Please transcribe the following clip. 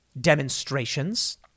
demonstrations